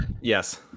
Yes